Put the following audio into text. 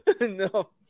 No